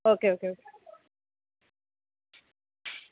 okay okay okay